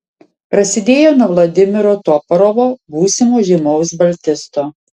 prasidėjo nuo vladimiro toporovo būsimo žymaus baltisto